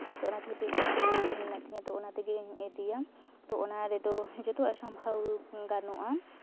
ᱛᱳ ᱚᱱᱟ ᱠᱷᱟᱹᱛᱤᱨ ᱤᱧᱟᱹᱜ ᱦᱮᱱᱰ ᱵᱮᱜᱽ ᱢᱮᱱᱟᱜ ᱛᱤᱧᱟᱹ ᱛᱳ ᱚᱱᱟ ᱛᱮᱜᱤᱧ ᱤᱫᱤᱭᱟ ᱛᱳ ᱚᱱᱟ ᱨᱮᱫᱚ ᱡᱚᱛᱚᱣᱟᱜ ᱥᱟᱢᱵᱷᱟᱣ ᱜᱟᱱᱚᱜᱼᱟ